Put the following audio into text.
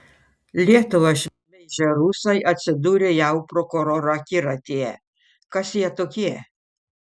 lietuvą šmeižę rusai atsidūrė jav prokurorų akiratyje kas jie tokie